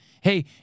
Hey